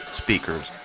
speakers